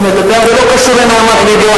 הוא מדבר, זה לא קשור לנהמת לבו.